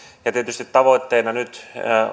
ja tietysti tavoitteena nyt